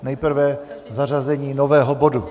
Nejprve zařazení nového bodu.